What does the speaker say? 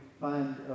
find